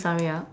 sorry ah